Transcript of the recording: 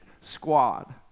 squad